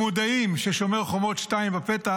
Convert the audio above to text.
הם מודעים ששומר חומות 2 בפתח,